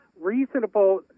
reasonable